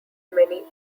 many